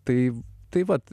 tai tai vat